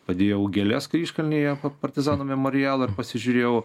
padėjau gėles kryžkalnyje partizanų memorialą ir pasižiūrėjau